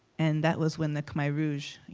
and that was when the khmer rouge, you